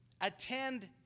Attend